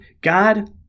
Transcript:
god